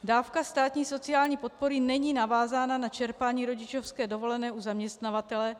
Dávka státní sociální podpory není navázána na čerpání rodičovské dovolené u zaměstnavatele.